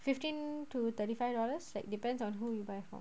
fifteen to thirty five dollars like depends on who you buy from